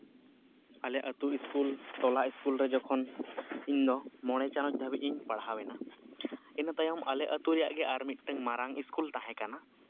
ᱟᱞᱮ ᱟᱹᱛᱩ ᱥᱠᱩᱞ ᱴᱚᱞᱟ ᱥᱠᱩᱞ ᱨᱮ ᱡᱚᱠᱷᱚᱱ ᱤᱧᱫᱚ ᱢᱚᱬᱮ ᱪᱟᱱᱟᱪ ᱫᱷᱟᱹᱵᱤᱡ ᱤᱧ ᱯᱟᱲᱦᱟᱣ ᱮᱱᱟ ᱤᱱᱟᱹ ᱛᱟᱭᱚᱢ ᱟᱞᱮ ᱟᱹᱛᱩ ᱨᱮᱭᱟᱜ ᱜᱮ ᱟᱨ ᱢᱤᱫᱴᱟᱱ ᱢᱟᱨᱟᱝ ᱥᱠᱩᱞ ᱛᱟᱦᱮᱸ ᱠᱟᱱᱟ